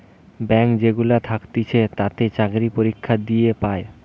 bank যেগুলা থাকতিছে তাতে চাকরি পরীক্ষা দিয়ে পায়